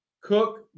Cook